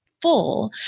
full